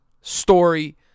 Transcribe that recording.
Story